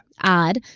odd